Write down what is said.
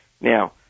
Now